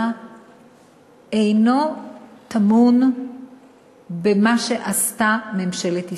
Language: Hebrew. אינו טמון במה שעשתה ממשלת ישראל,